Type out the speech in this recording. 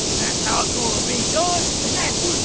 that's how it's gonna be done. and that's what's